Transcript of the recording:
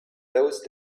those